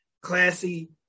Classy